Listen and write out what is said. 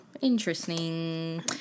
Interesting